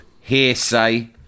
hearsay